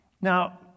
Now